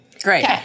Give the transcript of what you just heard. Great